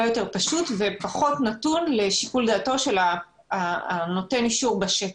הרבה יותר פשוט ופחות נתון לשיקול דעתו של נותן האישור בשטח.